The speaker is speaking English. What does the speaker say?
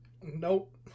Nope